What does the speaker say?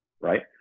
Right